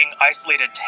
isolated